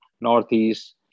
Northeast